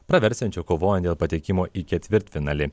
praversiančio kovojant dėl patekimo į ketvirtfinalį